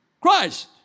Christ